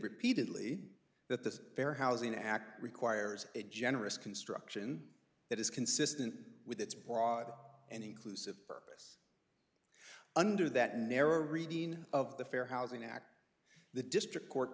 repeatedly that the fair housing act requires a generous construction that is consistent with its broad and inclusive purpose under that narrow reading of the fair housing act the district court